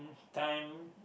time